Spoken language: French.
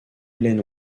ellen